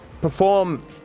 perform